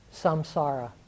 samsara